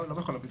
לא בכל מקרים.